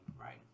right